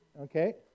okay